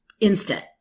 instant